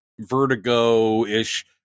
vertigo-ish